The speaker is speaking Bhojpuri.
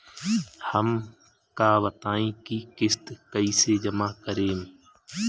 हम का बताई की किस्त कईसे जमा करेम?